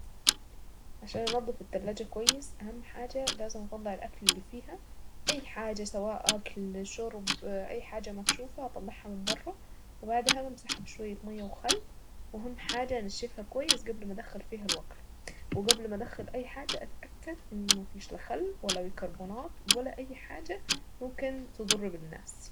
عشان انضف التلاجة كويس اهم حاجة لازم اطلع الاكل اللي فيها. اي حاجة سواء اكل شرب اي حاجة مكشوفة اطلعها من بره وبعدها بمسحها بشوية مية وخل. اهم حاجة انشفها كويس قبل ما ادخل فيها الوصفة وقبل ما ادخل اي حاجة اتأكد ان ما فيش لا خل ولا بيكربونات ولا حاجة ممكن تضر بالناس.